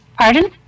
Pardon